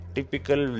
typical